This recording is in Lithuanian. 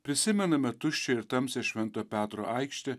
prisimename tuščią ir tamsią švento petro aikštę